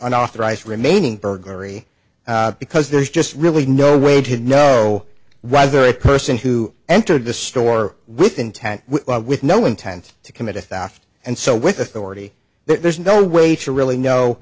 unauthorized remaining burglary because there's just really no way to know rather a person who entered the store with intent with no intent to commit a thousand and so with authority there's no way to really know